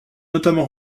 notamment